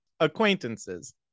acquaintances